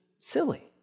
Silly